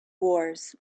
wars